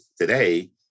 today